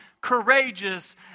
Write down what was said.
courageous